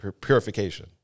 purification